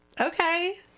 okay